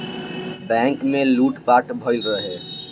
bank में लूट पाट भईल रहे